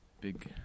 big